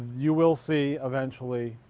you will see, eventually,